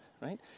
right